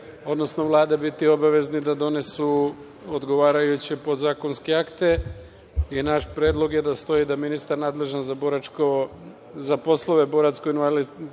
odnosno Vlada biti obavezni da donesu odgovarajuće podzakonske akte. Naš predlog je da stoji da ministar nadležan za poslove boračko-invalidske